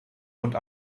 und